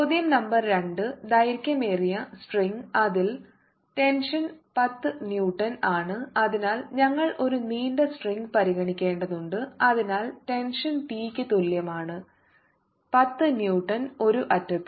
ചോദ്യo number 2 ദൈർഘ്യമേറിയ string അതിൽ tension 10 newton ആണ് അതിനാൽ ഞങ്ങൾ ഒരു നീണ്ട സ്ട്രിംഗ് പരിഗണിക്കേണ്ടതുണ്ട് അതിൽ ടെൻഷൻ ടി ക്ക് തുല്യമാണ് 10 ന്യൂട്ടൺ ഒരു അറ്റത്ത്